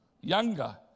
younger